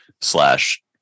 slash